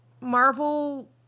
Marvel